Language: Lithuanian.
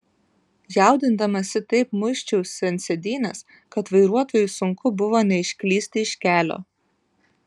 jaudindamasi taip muisčiausi ant sėdynės kad vairuotojui sunku buvo neišklysti iš kelio